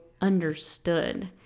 understood